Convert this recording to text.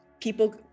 people